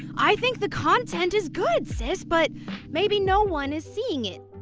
i think the content is good, sis, but maybe no one is seeing it,